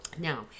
Now